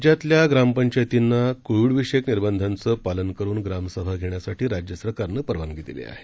राज्यातल्याग्रामपंचायतींनाकोविडविषयकनिर्बंधांचंपालनकरूनग्रामसभाघेण्यासा ठीराज्यसरकारनंपरवानगीदिलीआहे